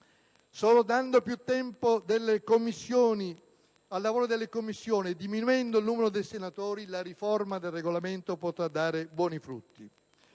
Solo dando più tempo al lavoro delle Commissioni e diminuendo il numero dei senatori la riforma del Regolamento potrà dare buoni frutti.